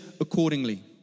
accordingly